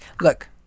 look